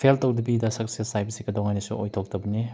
fail ꯇꯧꯗꯕꯤꯗ success ꯍꯥꯏꯕꯁꯤ ꯀꯩꯗꯧꯉꯩꯗꯁꯨ ꯑꯣꯏꯊꯣꯛꯇꯕꯅꯤ